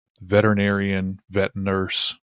veterinarian-vet-nurse